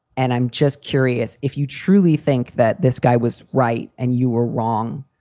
and i'm just curious if you truly think that this guy was right and you were wrong.